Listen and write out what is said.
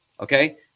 Okay